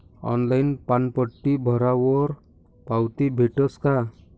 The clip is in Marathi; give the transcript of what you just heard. ऑनलाईन पानपट्टी भरावर पावती भेटस का?